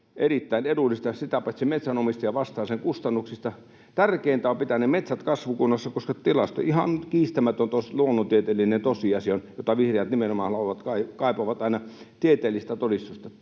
erittäin edullista, ja sitä paitsi metsänomistaja vastaa sen kustannuksista. Tärkeintä on pitää metsät kasvukunnossa, koska ihan kiistämätön luonnontieteellinen tosiasia on — vihreät nimenomaan kaipaavat aina tieteellistä todistusta